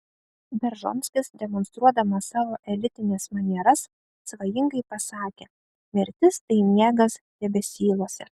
beržonskis demonstruodamas savo elitines manieras svajingai pasakė mirtis tai miegas debesyluose